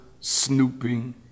snooping